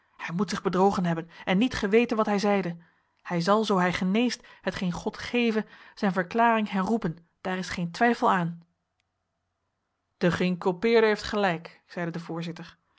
hij moet zich bedrogen hebben en niet geweten wat hij zeide hij zal zoo hij geneest hetgeen god geve zijn verklaring herroepen daar is geen twijfel aan de geïnculpeerde heeft gelijk zeide de voorzitter